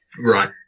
Right